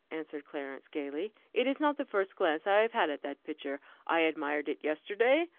answered clarence, gaily, it is not the first glance i have had at that picture i admired it yesterday,